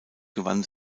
gewann